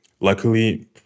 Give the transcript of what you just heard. Luckily